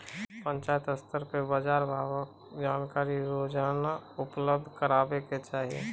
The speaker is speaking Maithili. पंचायत स्तर पर बाजार भावक जानकारी रोजाना उपलब्ध करैवाक चाही?